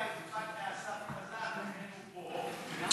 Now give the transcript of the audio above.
הרבה אכפת לאסף חזן, לכן